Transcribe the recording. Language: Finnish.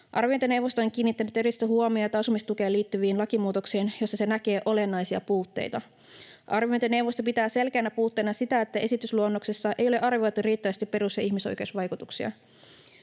Arviointineuvosto on kiinnittänyt erityistä huomiota asumistukeen liittyviin lakimuutoksiin, joissa se näkee olennaisia puutteita. Arviointineuvosto pitää selkeänä puutteena sitä, että esitysluonnoksessa ei ole arvioitu riittävästi perus- ja ihmisoikeusvaikutuksia.